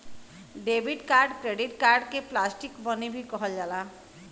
debit card credit card के plastic money भी कहल जाला